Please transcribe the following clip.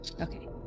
Okay